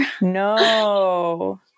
No